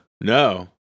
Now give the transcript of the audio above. No